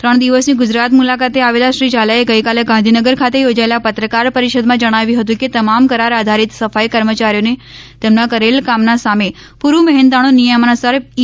ત્રણ દિવસની ગુપ્ રાત મુલાકાતે આવેલા શ્રી ઝાલાએ ગઇકાલે ગાંધીનગર ખાતે યોજાયેલી પત્રકાર પરિષદમાં ણાવ્યું ફતું કે તમામ કરાર આધારીત સફાઇ કર્મયારીઓને તેમનાં કરેલ કામનાં સામે પુરૂ મહેનતાણું નિયમાનુસાર ઇ